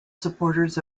supporters